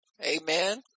Amen